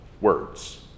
words